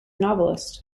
novelist